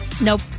Nope